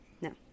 No